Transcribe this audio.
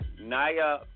Naya